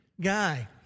guy